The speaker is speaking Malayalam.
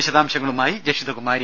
വിശദാശംങ്ങളുമായി ജഷിത കുമാരി